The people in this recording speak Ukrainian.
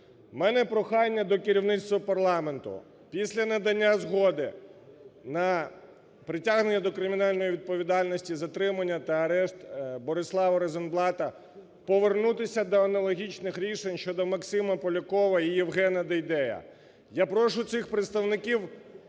мене прохання до керівництва парламенту, після надання згоди на притягнення до кримінальної відповідальності, затримання та арешт Борислава Розенблата повернутися до аналогічних рішень щодо Максима Полякова і Євгена Дейдея. Я прошу цих представників